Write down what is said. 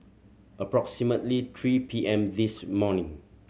approximately three P M this morning